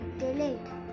delayed